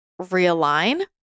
realign